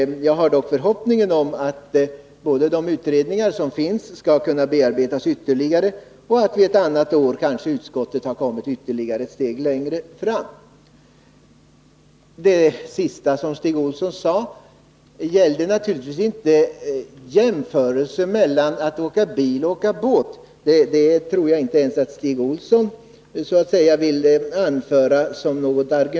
Jag har dock förhoppning om både att de utredningar som föreligger skall bearbetas ytterligare och att utskottet ett annat år kanske har kommit ytterligare ett steg längre fram. Till det som Stig Olsson avslutningsvis sade vill jag lägga att jag naturligtvis inte gjorde en jämförelse mellan att åka bil och att åka båt. Det tror jag inte ens att Stig Olsson vill påstå.